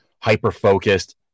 hyper-focused